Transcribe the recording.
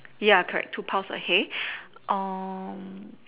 ya correct two piles of hay um